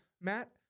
Matt